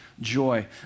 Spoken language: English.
joy